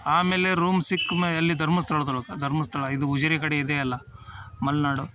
ಆಮೇಲೆ ರೂಮ್ ಸಿಕ್ಮೇ ಎಲ್ಲಿ ಧರ್ಮಸ್ಥಳದಲ್ಲಿ ಹೊಕ ಧರ್ಮಸ್ಥಳ ಇದು ಉಜಿರೆ ಕಡೆ ಇದೆಯಲ್ಲ ಮಲೆನಾಡು